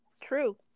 True